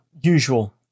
usual